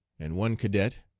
and one cadet,